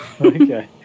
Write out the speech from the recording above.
Okay